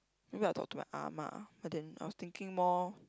maybe I'll talk to my Ah Ma but then I was thinking more